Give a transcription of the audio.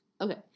okay